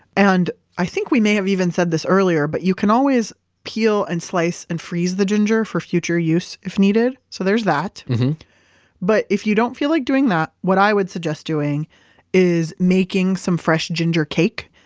and i think we may have even said this earlier, but you can always peel and slice and freeze the ginger for future use if needed, so there's that but if you don't feel like doing that, what i would suggest doing is making some fresh ginger cake.